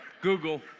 Google